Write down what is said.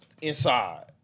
inside